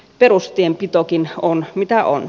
perustienpitokin on mitä on